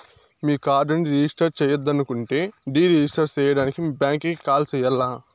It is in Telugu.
మీ కార్డుని రిజిస్టర్ చెయ్యొద్దనుకుంటే డీ రిజిస్టర్ సేయడానికి మీ బ్యాంకీకి కాల్ సెయ్యాల్ల